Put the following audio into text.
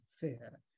fear